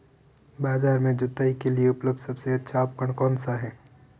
बाजार में जुताई के लिए उपलब्ध सबसे अच्छा उपकरण कौन सा है?